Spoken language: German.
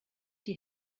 die